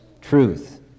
truth